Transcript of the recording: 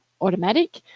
automatic